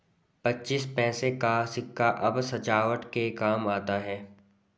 पच्चीस पैसे का सिक्का अब सजावट के काम आता है